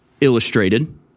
illustrated